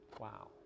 Wow